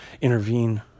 intervene